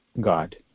God